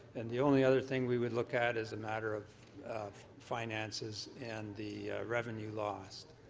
and the only other thing we would look at is a matter of of finances and the revenue lost.